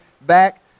back